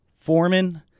Foreman